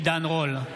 עידן רול,